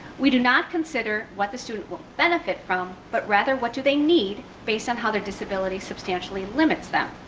we do not consider what the student will benefit from, but rather what do they need, based on how their disability substantially limits them.